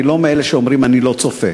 אני לא מאלה שאומרים: אני לא צופה.